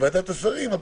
ועדת השרים.